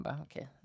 Okay